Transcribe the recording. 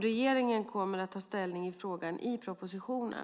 Regeringen kommer att ta ställning i frågan i propositionen.